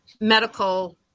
medical